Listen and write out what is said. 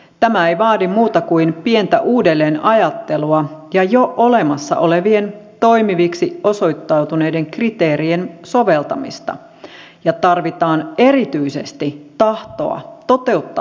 tämä ei vaadi muuta kuin pientä uudelleenajattelua ja jo olemassa olevien toimiviksi osoittautuneiden kriteerien soveltamista ja tarvitaan erityisesti tahtoa toteuttaa asia